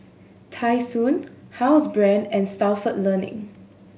Tai Sun Housebrand and Stalford Learning